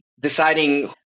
deciding